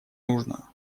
нужно